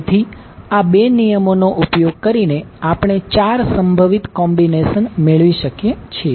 તેથી આ 2 નિયમોનો ઉપયોગ કરીને આપણે 4 સંભવિત કોમ્બિનેશન મેળવી શકીએ છીએ